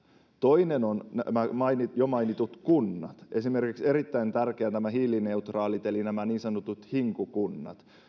toinen on nämä jo mainitut kunnat esimerkiksi erittäin tärkeitä ovat nämä hiilineutraalit kunnat eli nämä niin sanotut hinku kunnat esimerkiksi